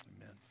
Amen